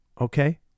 okay